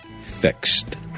fixed